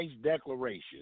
declaration